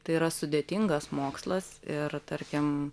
tai yra sudėtingas mokslas ir tarkim